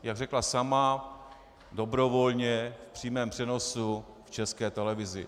Jak řekla sama dobrovolně v přímém přenosu v České televizi.